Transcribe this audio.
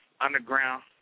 underground